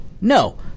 No